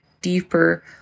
deeper